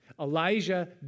Elijah